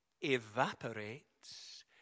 evaporates